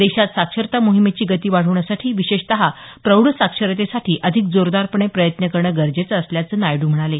देशात साक्षरता मोहिमेची गती वाढवण्यासाठी विशेषतः प्रौढ साक्षरतेसाठी अधिक जोरदारपणे प्रयत्न करणं गरजेचं असल्याचं नायडू म्हणाले